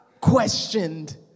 questioned